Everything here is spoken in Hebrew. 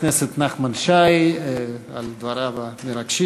תודה רבה לחבר הכנסת נחמן שי על דבריו המרגשים,